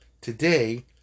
Today